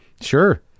Sure